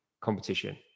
competition